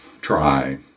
try